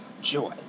joy